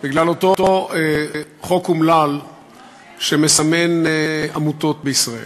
בגלל אותו חוק אומלל שמסמן עמותות בישראל.